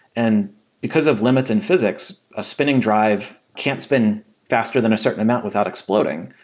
and because of limits in physics, a spinning drive can't spin faster than a certain amount without exploding.